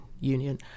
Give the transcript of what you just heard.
Union